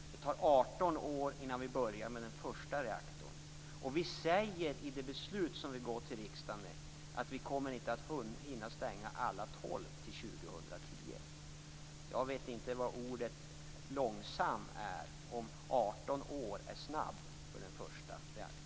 Det tar 18 år innan vi börjar med den första reaktorn, och vi säger i det beslut som vi går till riksdagen med att vi inte kommer att hinna stänga alla tolv till år 2010. Jag vet inte vad ordet långsamt är om 18 år är snabbt för den första reaktorn.